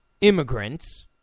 immigrants